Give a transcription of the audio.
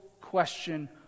question